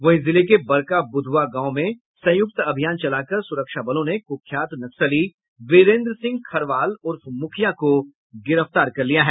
वहीं जिले के बरका बुध्यवा गांव में संयुक्त अभियान चलाकर सुरक्षा बलों ने कुख्यात नक्सली विरेन्द्र सिंह खरवाल उर्फ मुखिया को गिरफ्तार किया है